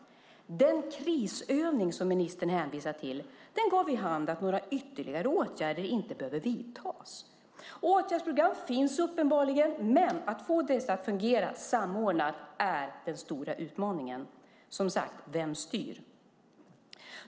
Den krisövning som ministern hänvisar till gav vid handen att några ytterligare åtgärder inte behöver vidtas. Åtgärdsprogram finns uppenbarligen. Men att få dessa att fungera samordnat är den stora utmaningen. Som sagt: Vem styr?